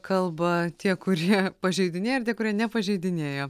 kalba tie kurie pažeidinėja ir tie kurie nepažeidinėja